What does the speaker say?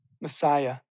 Messiah